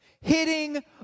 Hitting